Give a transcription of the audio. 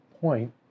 point